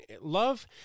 love